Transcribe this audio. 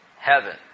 Heaven